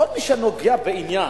לכל מי שנוגע בעניין,